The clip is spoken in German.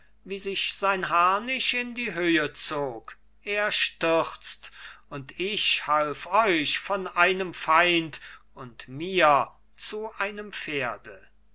wie sich sein harnisch in die höhe zog er stürzt und ich half euch von einem feind und mir zu einem pferde